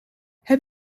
heb